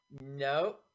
No